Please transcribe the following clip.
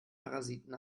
parasiten